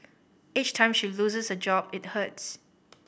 each time she loses a job it hurts